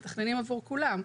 הם מתכננים עבור כולם.